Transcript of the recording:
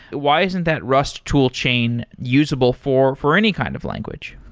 why isn't that rust tool chain usable for for any kind of language?